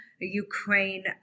Ukraine